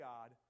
God